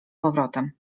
powrotem